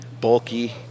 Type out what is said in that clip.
bulky